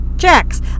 Checks